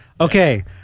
okay